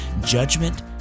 judgment